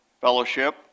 Fellowship